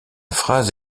phrase